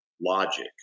logic